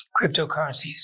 cryptocurrencies